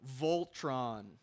Voltron